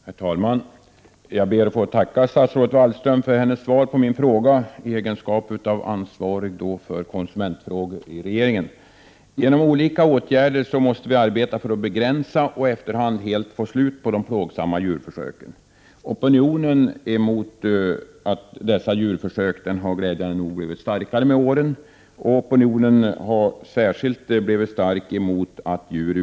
Herr talman! Jag ber att få tacka statsrådet Wallström för det svar som hon har lämnat på min fråga i sin egenskap av ansvarig för konsumentfrågor inom regeringen. Genom olika åtgärder måste vi arbeta för att begränsa och även för att så småningom helt få slut på de plågsamma djurförsöken. Opinionen mot sådana här djurförsök har glädjande nog blivit starkare med åren. Särskilt stark har opinionen blivit mot att djur utsätts för bl.a. plågsamma hudoch Prot.